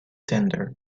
tender